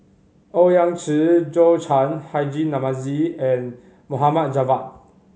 Owyang Chi Zhou Can Haji Namazie and Mohammed Javad